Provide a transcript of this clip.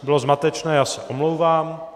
Bylo zmatečné, já se omlouvám.